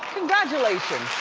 congratulations,